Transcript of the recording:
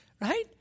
Right